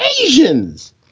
Asians